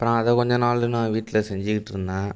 அப்புறம் அதை கொஞ்சம் நாள் நான் வீட்டில் செஞ்சுக்கிட்டிருந்தேன்